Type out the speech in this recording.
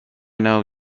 know